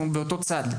כולנו באותו צד,